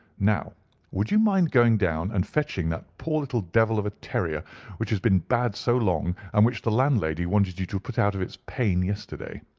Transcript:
now would you mind going down and fetching that poor little devil of a terrier which has been bad so long, and which the landlady wanted you to put out of its pain yesterday.